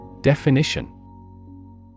Definition